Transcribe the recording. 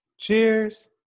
Cheers